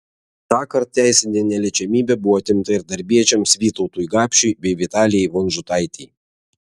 tąkart teisinė neliečiamybė buvo atimta ir darbiečiams vytautui gapšiui bei vitalijai vonžutaitei